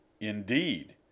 Indeed